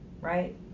right